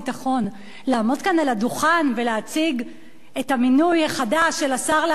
לעמוד כאן על הדוכן ולהציג את המינוי החדש של השר להגנת העורף,